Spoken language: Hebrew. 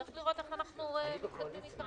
צריך לראות איך אנחנו מתקדמים איתם.